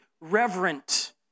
reverent